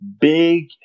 big